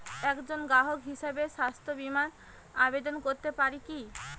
একজন গ্রাহক হিসাবে স্বাস্থ্য বিমার আবেদন করতে পারি কি?